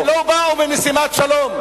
הם לא באו למשימת שלום.